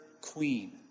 queen